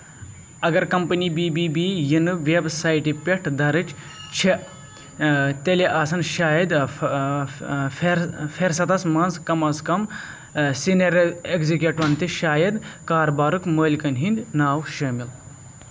اگر company B B B یِنہٕ web سایٹہِ پٮ۪ٹھ درٕج چھےٚ تیٚلہِ آسان شایَد فہر فہرستَس منٛز کم از کم سیٖنیر ایگزیکٹوَن تہٕ شاید کاربارُک مٲلکَن ہٕنٛدۍ ناو شٲمِل